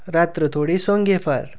रात्र थोडी सोंगे फार